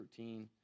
13